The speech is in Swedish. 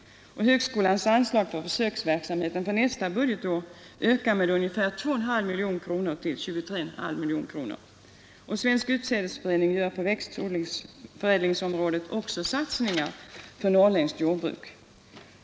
Högskolans anslag för försöksverksamheten nästa budgetår ökar med ungefär 2,5 miljoner kronor till 23,5 miljoner kronor. Svensk utsädesförening gör på växtförädlingsområdet också satsningar för norrländskt jordbruk.